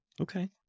Okay